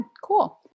cool